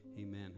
amen